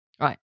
right